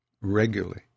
regularly